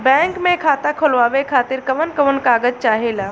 Bank मे खाता खोलवावे खातिर कवन कवन कागज चाहेला?